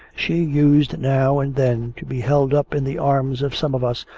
she used now and then to be held up in the arms of some of us,